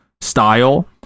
style